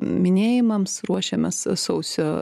minėjimams ruošiames sausio